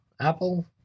Apple